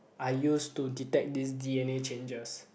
are used to detect this d_n_a changes